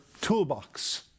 toolbox